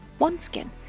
OneSkin